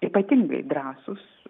ypatingai drąsūs